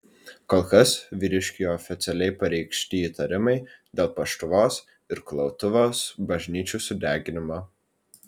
kol kas vyriškiui oficialiai pareikšti įtarimai dėl paštuvos ir kulautuvos bažnyčių sudeginimo